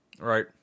right